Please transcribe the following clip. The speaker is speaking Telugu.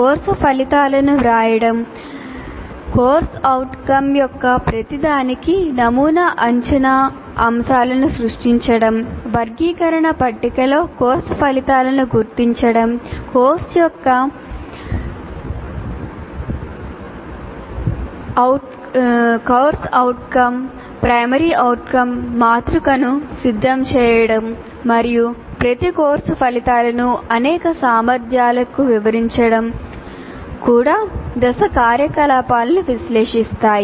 కోర్సు ఫలితాలను వ్రాయడం CO యొక్క ప్రతిదానికి నమూనా అంచనా అంశాలను సృష్టించడం వర్గీకరణ పట్టికలో కోర్సు ఫలితాలను గుర్తించడం కోర్సు యొక్క CO PO మాతృకను సిద్ధం చేయడం మరియు ప్రతి కోర్సు ఫలితాలను అనేక సామర్థ్యాలకు వివరించడం కూడా దశ కార్యకలాపాలను విశ్లేషిస్తాయి